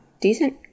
decent